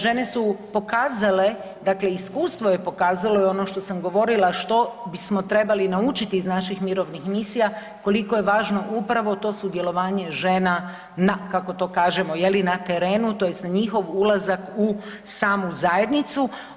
Žene su pokazale, dakle iskustvo je pokazalo i ono što sam govorila što bismo trebali naučiti iz naših mirovnih misija koliko je važno upravo to sudjelovanje žena kako to kažemo na terenu tj. na njihov ulazak u samu zajednicu.